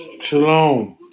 Shalom